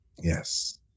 Yes